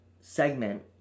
segment